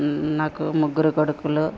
నాకు ముగ్గురు కొడుకులు